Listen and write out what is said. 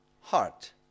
heart